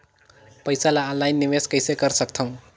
पईसा ल ऑनलाइन निवेश कइसे कर सकथव?